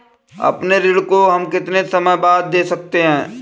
अपने ऋण को हम कितने समय बाद दे सकते हैं?